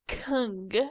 Kung